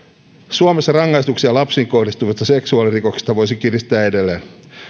suomessa rangaistuksia lapsiin kohdistuvista seksuaalirikoksista voisi kiristää edelleen